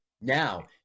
Now